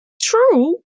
True